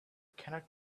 cannot